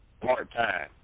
part-time